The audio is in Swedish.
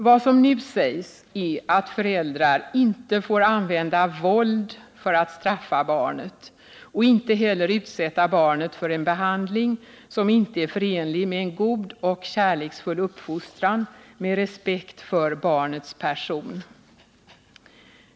Vad som nu sägs är att föräldrar inte får använda våld för att straffa barnet och att de inte heller får utsätta barnet för en behandling som inte är förenlig med en god och kärleksfull uppfostran med respekt för barnets person.